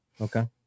Okay